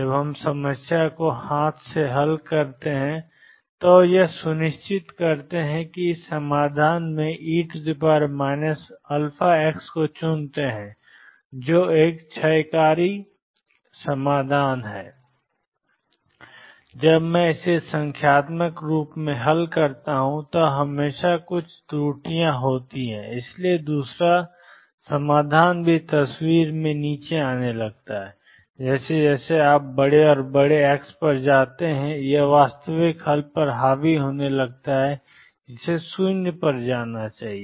जब हम समस्या को हाथ से हल करते हैं तो हम यह सुनिश्चित करते हैं कि हम इस समाधान e αx को चुनते हैं जो एक क्षयकारी समाधान है जब मैं इसे संख्यात्मक रूप से हल करता हूं तो हमेशा कुछ त्रुटियां होती हैं और इसलिए दूसरा समाधान भी तस्वीर में आने लगता है और जैसे जैसे आप बड़े और बड़े x पर जाते हैं यह वास्तविक हल पर हावी होने लगता है जिसे 0 पर जाना चाहिए